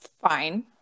fine